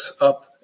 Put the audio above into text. up